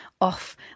off